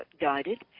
guided